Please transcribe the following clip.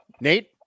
Nate